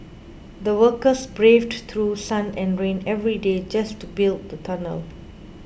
the workers braved through sun and rain every day just to build the tunnel